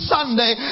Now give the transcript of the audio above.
Sunday